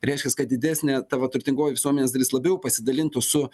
reiškias kad didesnė ta va turtingoji visuomenės dalis labiau pasidalintų su